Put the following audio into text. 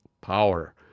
power